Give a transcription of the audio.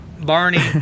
Barney